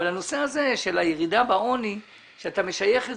אבל הנושא הזה של הירידה בעוני שאתה משייך את